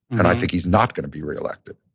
and i think he's not gonna be reelected.